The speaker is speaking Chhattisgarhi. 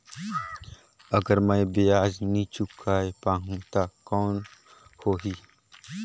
अगर मै ब्याज नी चुकाय पाहुं ता कौन हो ही?